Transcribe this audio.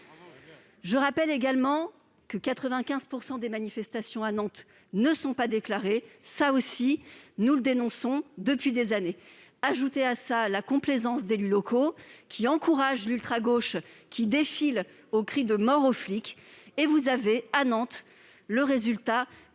Je rappelle également que 95 % des manifestations à Nantes ne sont pas déclarées. Cela aussi, nous le dénonçons depuis des années. Ajoutez à cela la complaisance d'élus locaux encourageant l'ultragauche, qui défile aux cris de « Mort aux flics », et vous avez à Nantes le résultat